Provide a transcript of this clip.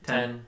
Ten